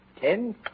Ten